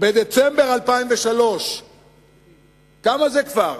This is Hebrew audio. בדצמבר 2003. כמה זה כבר?